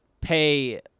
pay